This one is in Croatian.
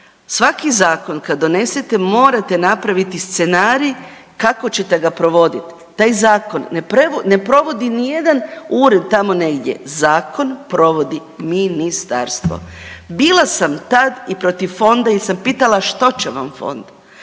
Svaki zakon kad donesete morate napraviti scenarij kako ćete ga provoditi. Taj zakon ne provodi nijedan ured tamo negdje, zakon provodi ministarstvo. Bila sam tad i protiv fonda jel sam pitala što će vam fond,